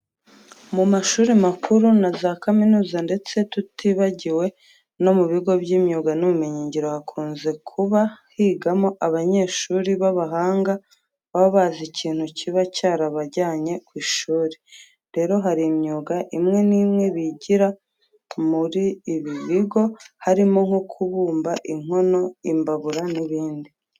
Mu mashuri makuru na za kaminuza ndetse tutibagiwe no mu bigo by'imyuga n'ubumenyingiro hakunze kuba higamo abanyeshuri b'abahanga baba bazi ikintu kiba cyarabajyanye ku ishuri. Rero hari imyuga imwe n'imwe bigira muri ibi bigo harimo nko kubumba inkono, imbabura n'ibindi.